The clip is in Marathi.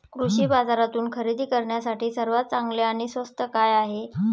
कृषी बाजारातून खरेदी करण्यासाठी सर्वात चांगले आणि स्वस्त काय आहे?